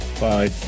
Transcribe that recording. bye